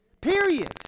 Period